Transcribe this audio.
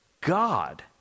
God